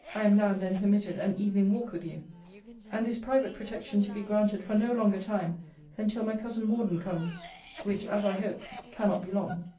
i am now-and-then permitted an evening-walk with you and this private protection to be granted for no longer time than till my cousin morden comes which, as i hope, cannot be long.